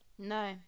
no